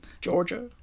Georgia